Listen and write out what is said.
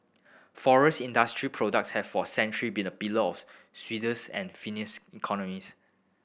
forest industry products have for century been a pillar of Swedish and Finnish economies